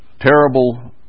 terrible